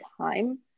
time